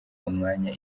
umwanya